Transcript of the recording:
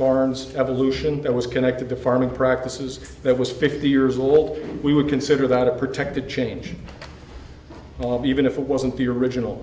farm's evolution that was connected to farming practices that was fifty years old we would consider that a protective change even if it wasn't the original